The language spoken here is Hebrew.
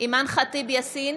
אימאן ח'טיב יאסין,